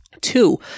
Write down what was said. Two